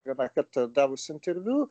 vieną kartą davus interviu